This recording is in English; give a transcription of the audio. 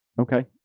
Okay